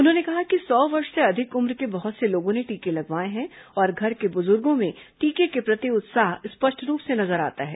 उन्होंने कहा कि सौ वर्ष से अधिक उम्र के बहुत से लोगों ने टीके लगवाये हैं और घर के बुजुर्गो में टीके के प्रति उत्साह स्पष्ट रूप से नजर आता है